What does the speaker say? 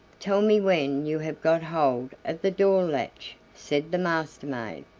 tell me when you have got hold of the door-latch, said the master-maid.